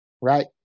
right